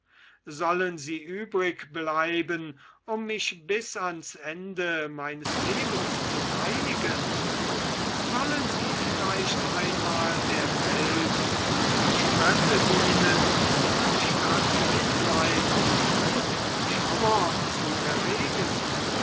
sollen sie übrigbleiben um mich bis ans ende meines lebens zu peinigen sollen sie vielleicht einmal der welt zum gespötte dienen anstatt mitleiden und schauer zu erregen